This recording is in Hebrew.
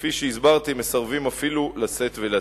וכפי שהסברתי, מסרבים אפילו לשאת ולתת.